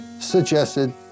suggested